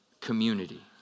community